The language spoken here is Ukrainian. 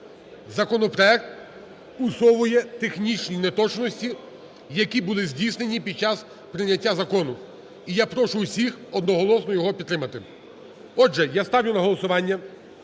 законопроект усуває технічні неточності, які були здійснені під час прийняття закону. І я прошу усіх одноголосно його підтримати. Отже, я ставлю на голосування